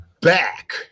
Back